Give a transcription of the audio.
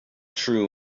true